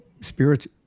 spirits